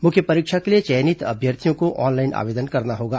मुख्य परीक्षा के लिए चयनित अभ्यर्थियों को ऑनलाइन आवेदन करना होगा